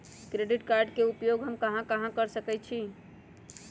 Credit card के उपयोग कहां कहां कर सकईछी?